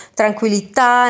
tranquillità